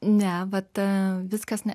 ne va ta viskas ne